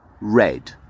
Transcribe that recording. Red